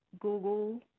Google